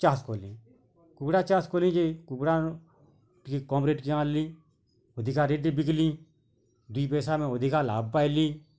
ଚାଷ୍ କଲି କୁକୁଡ଼ା ଚାଷ୍ କଲି ଯେ କୁକୁଡ଼ା ନୁ ଟିକେ କମ୍ ରେଟ୍କେ ଆଣିଲି ଅଧିକା ରେଟ୍ରେ ବିକିଲି ଦୁଇ ପଇସା ଆମେ ଅଧିକା ଲାଭ୍ ପାଇଲି